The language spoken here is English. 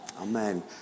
Amen